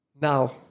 Now